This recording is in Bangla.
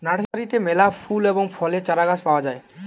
নার্সারিতে মেলা ফুল এবং ফলের চারাগাছ পাওয়া যায়